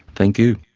thank you.